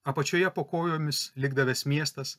apačioje po kojomis likdavęs miestas